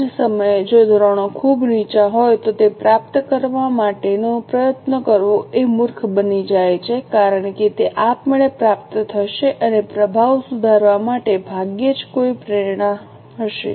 આ જ સમયે જો ધોરણો ખૂબ નીચા હોય તો તે પ્રાપ્ત કરવા માટે પ્રયત્નો કરવો એ મૂર્ખ બની જાય છે કારણ કે તે આપમેળે પ્રાપ્ત થશે અને પ્રભાવ સુધારવા માટે ભાગ્યે જ કોઈ પ્રેરણા હશે